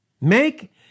Make